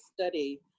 study